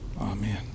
Amen